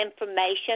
information